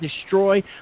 destroy